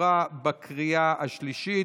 עברה בקריאה השלישית,